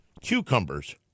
cucumbers